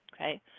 okay